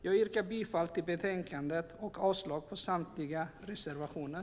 Jag yrkar bifall till utskottets förslag i betänkandet och avslag på samtliga reservationer.